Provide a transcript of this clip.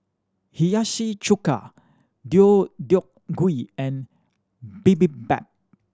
Hiyashi Chuka Deodeok Gui and Bibimbap